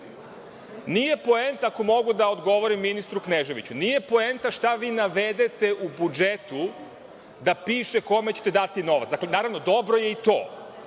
put. Nije poenta, ako mogu da odgovorim ministru Kneževiću, nije poenta šta vi navedete u budžetu da piše kome ćete dati novac. Dakle, naravno, dobro je i to,